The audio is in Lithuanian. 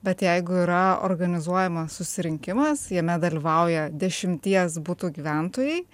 bet jeigu yra organizuojamas susirinkimas jame dalyvauja dešimties butų gyventojai